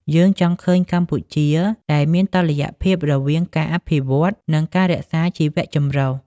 យើងចង់ឃើញកម្ពុជាដែលមានតុល្យភាពរវាងការអភិវឌ្ឍ និងការរក្សាជីវចម្រុះ។